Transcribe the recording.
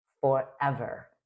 forever